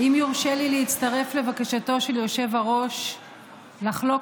האם יורשה לי להצטרף לבקשתו של היושב-ראש לחלוק